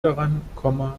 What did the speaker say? daran